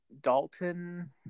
Dalton